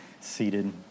seated